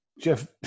Jeff